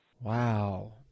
Wow